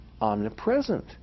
omnipresent